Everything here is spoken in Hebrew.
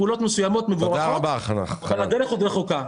פעולות מסוימות מבוצעות אבל הדרך עוד רחוקה.